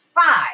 five